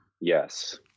Yes